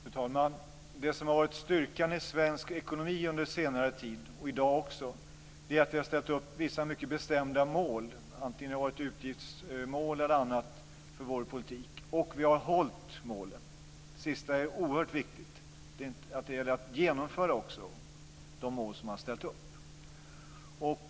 Fru talman! Det som har varit styrkan i svensk ekonomi under senare tid, och i dag också, är att vi har ställt upp vissa mycket bestämda mål - utgiftsmål och annat - för vår politik och att vi har hållit målen. Det sista är oerhört viktigt; det gäller att också nå de mål som man har ställt upp.